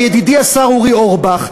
ידידי השר אורי אורבך,